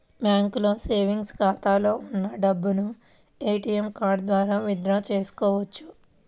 బ్యాంకులో సేవెంగ్స్ ఖాతాలో ఉన్న డబ్బును ఏటీఎం కార్డు ద్వారా విత్ డ్రా చేసుకోవచ్చు